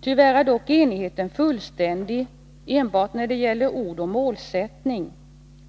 Tyvärr är dock enigheten fullständig enbart när det gäller ord och målsättning.